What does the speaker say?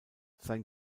sein